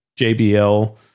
JBL